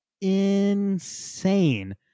insane